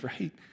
right